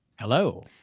Hello